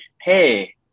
hey